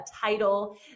title